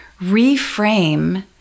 reframe